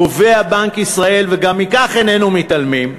קובע בנק ישראל, וגם מכך איננו מתעלמים,